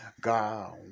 God